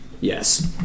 Yes